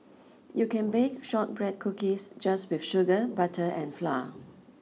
you can bake shortbread cookies just with sugar butter and flour